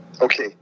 okay